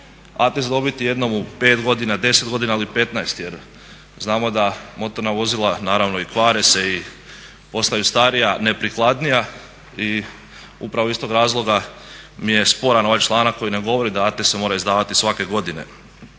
atest dobiti jednom u 5 godina, 10 godina ili 15 jer znamo da motorna vozila naravno i kvare se i postaju starija, neprikladnija. I upravo iz tog razloga mi je sporan ovaj članak koji ne govori da atest se mora izdavati svake godine.